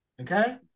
Okay